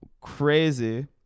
crazy